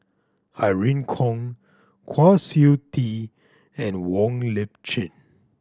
Irene Khong Kwa Siew Tee and Wong Lip Chin